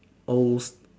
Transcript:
old